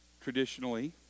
traditionally